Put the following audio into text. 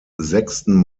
sechsten